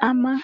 ama.